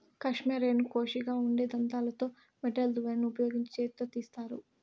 కష్మెరెను కోషిగా ఉండే దంతాలతో మెటల్ దువ్వెనను ఉపయోగించి చేతితో తీస్తారు